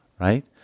right